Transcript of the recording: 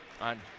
on